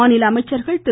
மாநில அமைச்சர்கள் திரு